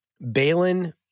Balin